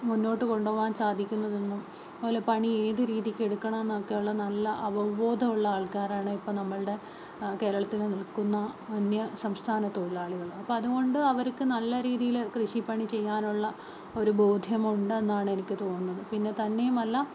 മുന്നോട്ട് കൊണ്ടുപോകുവാൻ സാധിക്കുന്നതെന്നും അതുപോലെ പണി ഏത് രീതിക്ക് എടുക്കണമെന്നൊക്കെയുള്ള നല്ല അവബോധമുള്ള ആൾക്കാരാണ് ഇപ്പോള് നമ്മുടെ കേരളത്തില് നിൽക്കുന്ന അന്യസംസ്ഥാന തൊഴിലാളികള് അപ്പോള് അതുകൊണ്ട് അവർക്ക് നല്ല രീതിയില് കൃഷിപ്പണി ചെയ്യാനുള്ള ഒരു ബോധ്യമുണ്ടെന്നാണ് എനിക്ക് തോന്നുന്നത് പിന്നെ തന്നെയുമല്ല